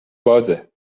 بازه